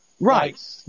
Right